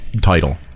title